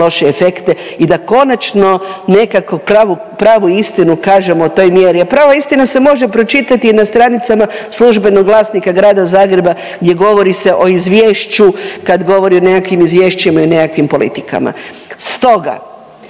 loše efekte. I da konačno nekako pravu istinu kažemo o toj mjeri, a prva istina se može pročitati i na stranicama Službenog glasnika Grada Zagreba gdje govori se o izvješću kad govori o nekakvim izvješćima i nekakvim politikama. Stoga,